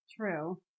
True